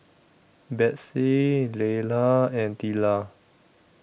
Betsey Leila and Tilla